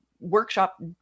workshop